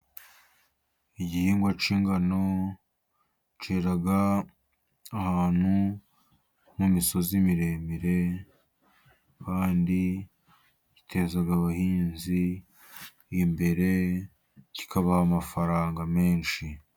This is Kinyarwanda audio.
Igihingwa k'ingano, kera ahantu ho mu misozi miremire, kandi giteza abahinzi imbere, kikabaha amafaranga menshi.